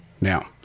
Now